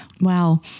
Wow